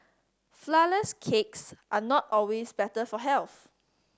flourless cakes are not always better for health